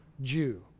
Jew